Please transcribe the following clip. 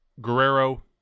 Guerrero